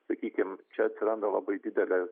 sakykim čia atsiranda labai didelė